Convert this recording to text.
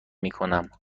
میکنم